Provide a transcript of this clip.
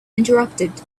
interrupted